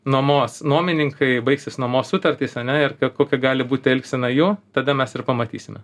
nuomos nuomininkai baigsis nuomos sutartys ane ir ko kokia gali būti elgsena jų tada mes ir pamatysime